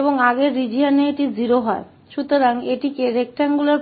तो इसे आयताकार